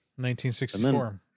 1964